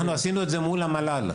אנחנו עשינו את זה מול המל״ל.